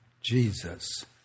Jesus